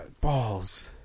balls